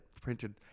printed